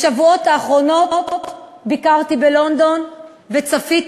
בשבועות האחרונים ביקרתי בלונדון וצפיתי